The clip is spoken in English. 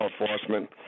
enforcement